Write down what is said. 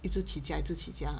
一直起价一直起价 lah